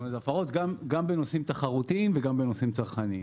זה הפרות גם בנושאים תחרותיים וגם בנושאים צרכניים.